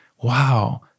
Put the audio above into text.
Wow